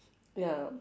ya